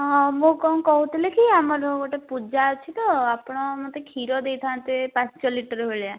ହଁ ମୁଁ କ'ଣ କହୁଥିଲି କି ଆମର ଗୋଟେ ପୂଜା ଅଛି ତ ଆପଣ ମୋତେ କ୍ଷୀର ଦେଇଥାନ୍ତେ ପାଞ୍ଚ ଲିଟର ଭଳିଆ